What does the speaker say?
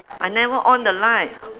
I never on the lights